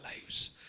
lives